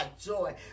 joy